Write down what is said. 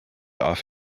off